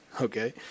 okay